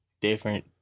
different